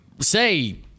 say